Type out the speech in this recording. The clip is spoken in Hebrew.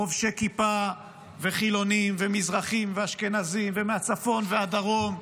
חובשי כיפה וחילונים ומזרחים ואשכנזים ומהצפון והדרום,